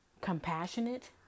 compassionate